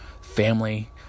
family